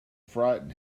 frighten